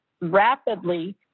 rapidly